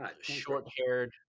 short-haired